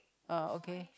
uh okay